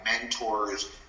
mentors